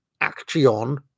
Action